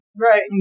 right